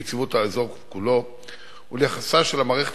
ויציבות האזור כולו וליחסה של המערכת